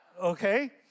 Okay